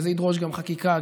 וזה ידרוש גם חקיקה,